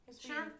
Sure